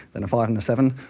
then a five and a seven.